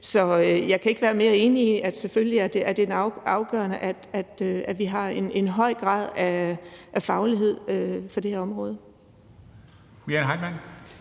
Så jeg kan ikke være mere enig i, at det selvfølgelig er afgørende, at vi har en høj grad af faglighed på det her område.